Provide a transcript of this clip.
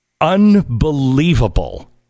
unbelievable